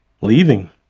Leaving